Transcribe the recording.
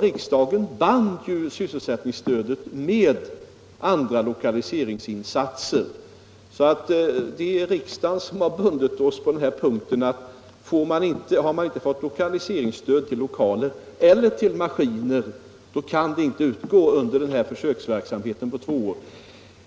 Riksdagen band ju sysselsättningsstö — utanför det inre det med andra lokaliseringsinsatser, så på den här punkten är det riks — stödområdet dagen som bundit oss. Har man inte fått lokaliseringsstöd till lokaler eller maskiner kan sysselsättningsstöd inte utgå under den pågående tvååriga försöksverksamheten.